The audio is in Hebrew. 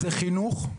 זה חינוך,